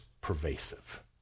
pervasive